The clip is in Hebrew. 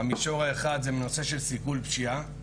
המישור האחד נושא של סיכול פשיעה.